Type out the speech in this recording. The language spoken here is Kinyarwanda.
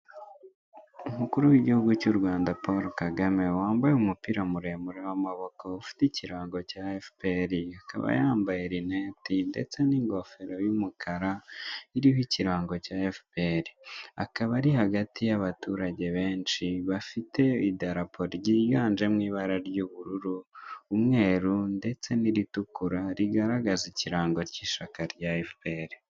Umukuru w'igihugu cy'u Rwanda Paul Kagame wambaye umupira muremure w'amaboko ufite ikirango cya efuperi, akaba yambaye lineti ndetse n'ingofero y'umukara iriho ikirango cya efuperi, akaba ari hagati y'abaturage benshi bafite idarapo ryiganje mu ibara ry'ubururu, umweru ndetse n'iritukura rigaragaza ikirango cy'ishyaka rya efuperi.